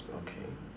okay